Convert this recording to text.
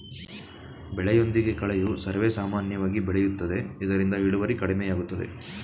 ಬೆಳೆಯೊಂದಿಗೆ ಕಳೆಯು ಸರ್ವೇಸಾಮಾನ್ಯವಾಗಿ ಬೆಳೆಯುತ್ತದೆ ಇದರಿಂದ ಇಳುವರಿ ಕಡಿಮೆಯಾಗುತ್ತದೆ